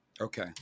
Okay